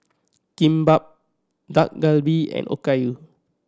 Kimbap Dak Galbi and Okayu